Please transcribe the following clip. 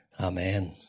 Amen